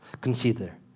consider